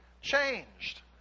changed